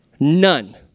None